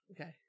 okay